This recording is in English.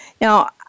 Now